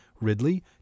Ridley